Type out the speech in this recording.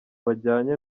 bajyanye